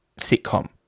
sitcom